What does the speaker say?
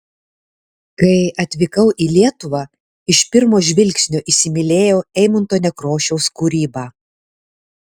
kai atvykau į lietuvą iš pirmo žvilgsnio įsimylėjau eimunto nekrošiaus kūrybą